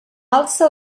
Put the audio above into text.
alça